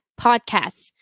podcasts